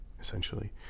essentially